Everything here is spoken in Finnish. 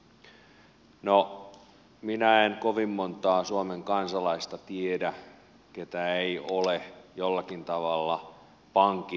no minä en kovin montaa suomen kansalaista tiedä joka ei ole jollakin tavalla pankin asiakas